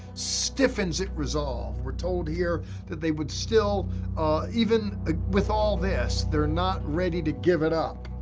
stiffens it resolved. we're told here that they would still even ah with all this, they're not ready to give it up,